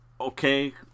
okay